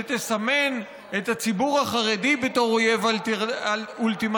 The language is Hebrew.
שתסמן את הציבור החרדי בתור אויב אולטימטיבי,